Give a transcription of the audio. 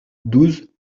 douze